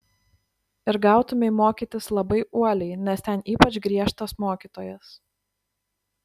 ir gautumei mokytis labai uoliai nes ten ypač griežtas mokytojas